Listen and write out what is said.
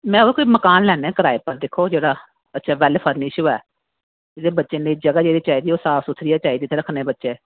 में ना कोई मकान लैने आं किराये पर जेह्ड़ा अच्छा वेल फर्निशिंग होऐ ते जेह्की बच्चें ताहीं जगह चाहिदी ऐ ते साफ सूथरे रक्खने बच्चे